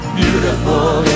beautiful